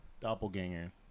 Doppelganger